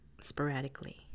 sporadically